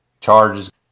charges